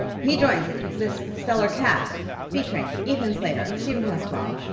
he joins this stellar cast featuring ethan slater, steven pasquale,